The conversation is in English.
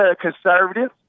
conservative